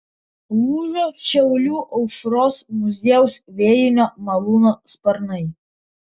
lūžo šiaulių aušros muziejaus vėjinio malūno sparnai